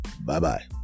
Bye-bye